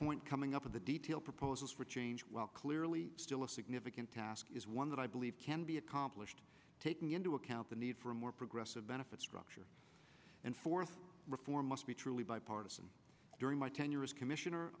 point coming up with the detailed proposals for change well clearly still a significant task is one that i believe can be accomplished taking into account the need for a more progressive benefit structure and fourth reform must be truly bipartisan during my tenure as commissioner